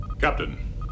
captain